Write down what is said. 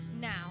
now